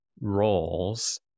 roles